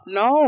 no